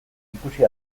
ikusi